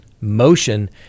motion